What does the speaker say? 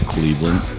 Cleveland